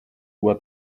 what